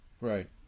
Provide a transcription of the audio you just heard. Right